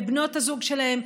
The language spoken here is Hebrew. לבנות הזוג שלהם,